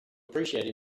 appreciate